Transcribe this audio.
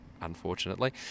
unfortunately